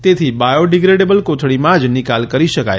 તેથી બાયોડીગ્રેડેબલ કોથળીમાં જ નિકાલ કરી શકાય